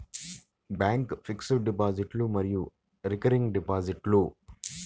bank fixed డిపాజిట్లు మరియు recurring డిపాజిట్లు